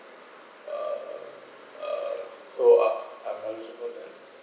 uh uh so I I'm eligible then